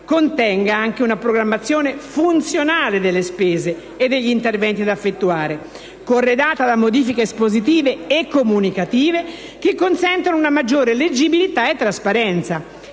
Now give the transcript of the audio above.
contenga anche una programmazione funzionale delle spese e degli interventi da effettuare, corredata da modifiche espositive e comunicative che consentano una maggiore leggibilità e trasparenza.